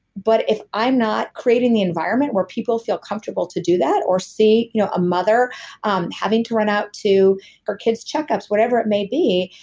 but if i'm not creating the environment where people feel comfortable to do that or see you know a mother um having to run out to her kids' checkups, whatever it may be,